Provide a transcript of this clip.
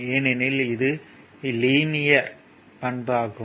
ஏனெனில் இது லீனியர் பண்பு ஆகும்